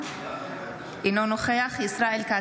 אינו נוכח ישראל כץ,